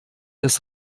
des